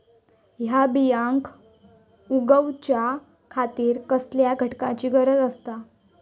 हया बियांक उगौच्या खातिर कसल्या घटकांची गरज आसता?